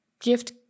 gift